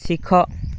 ଶିଖ